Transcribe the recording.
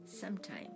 sometime